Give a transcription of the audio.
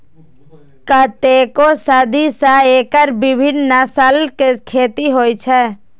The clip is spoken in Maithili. कतेको सदी सं एकर विभिन्न नस्लक खेती होइ छै